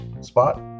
spot